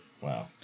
Wow